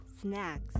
snacks